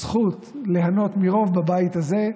הזכות ליהנות מרוב בבית הזה,